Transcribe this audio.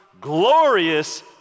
glorious